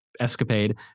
escapade